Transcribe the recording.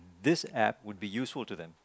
this App would be useful to them